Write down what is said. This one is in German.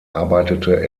arbeitete